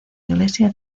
iglesia